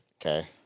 Okay